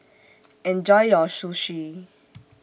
Enjoy your Sushi